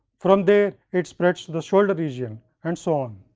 from there it spreads to the shoulder region and so on.